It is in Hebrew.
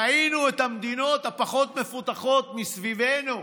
ראינו את המדינות הפחות-מפותחות מסביבנו: